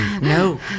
No